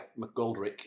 McGoldrick